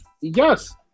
Yes